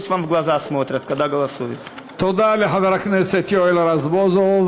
(אומר דברים בשפה הרוסית) תודה לחבר הכנסת יואל רזבוזוב.